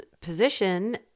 position